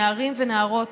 נערים ונערות,